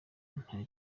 nta